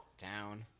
Down